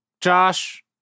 josh